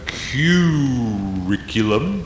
curriculum